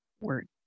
word